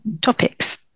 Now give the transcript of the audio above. topics